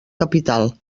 capital